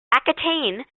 aquitaine